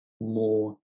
more